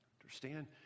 Understand